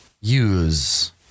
use